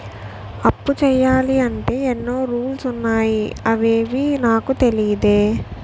అప్పు చెయ్యాలంటే ఎన్నో రూల్స్ ఉన్నాయా అవేవీ నాకు తెలీదే